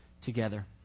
together